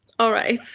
alright.